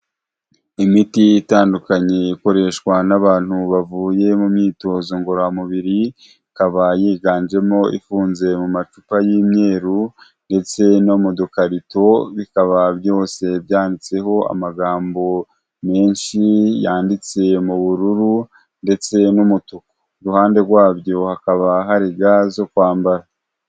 Imiti itandukanye ikoreshwa n'abantu bavuye mu myitozo ngororamubiri, ikaba yiganjemo ifunze mu macupa y'imyeru ndetse no mu dukarito, bikaba byose byanditseho amagambo menshi yanditse mu bururu ndetse n'umutu. Iruhande rwabyo hakaba hari ga zo kwambara.